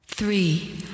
Three